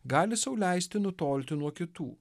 gali sau leisti nutolti nuo kitų